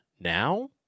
now